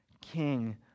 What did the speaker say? king